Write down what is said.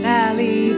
Valley